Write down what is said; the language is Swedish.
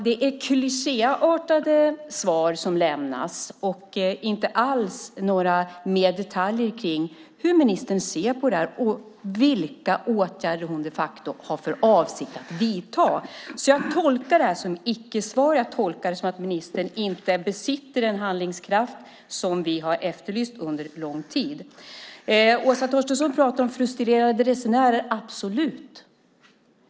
Det är klichéartade svar som lämnas och inte alls några detaljer kring hur ministern ser på detta och vilka åtgärder som hon de facto har för avsikt att vidta. Jag tolkar detta som icke-svar. Jag tolkar det som att ministern inte besitter den handlingskraft som vi har efterlyst under lång tid. Åsa Torstensson pratar om frustrerade resenärer.